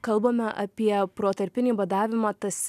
kalbame apie protarpinį badavimą tas